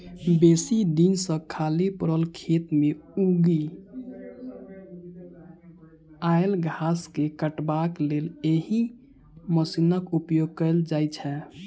बेसी दिन सॅ खाली पड़ल खेत मे उगि आयल घास के काटबाक लेल एहि मशीनक उपयोग कयल जाइत छै